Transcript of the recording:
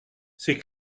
c’est